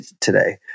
today